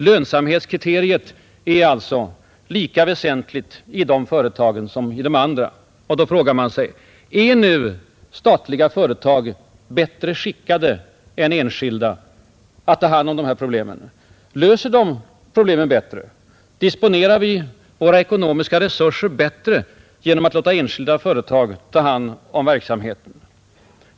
Lönsamhetskriteriet är lika väsentligt i de företagen som i de enskilda. Då frågar man sig: Är statliga företag bättre skickade än enskilda att klara sysselsättningen? Löser de problemen bättre? Disponerar vi våra ekonomiska resurser bättre genom att låta statliga företag ta hand om verksamheten?